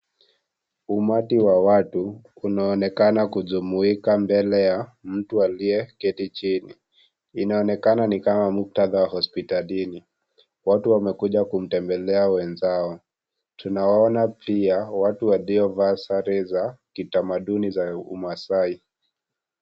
Umati wa watu unaonekana kujumuika mbele ya mtu aliyeketi chini. Inaonekana ni kama muktadha wa hospitalini. Watu wamekuja kumtembelea wenzao. Tunawaona pia watu waliovaa sare za kitamaduni za umaasai.